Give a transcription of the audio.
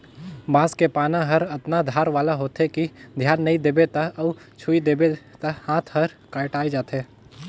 बांस के पाना हर अतना धार वाला होथे कि धियान नई देबे त अउ छूइ देबे त हात हर कटाय जाथे